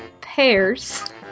Pears